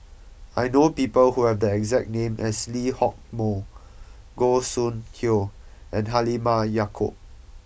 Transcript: I know people who have the exact name as Lee Hock Moh Goh Soon Tioe and Halimah Yacob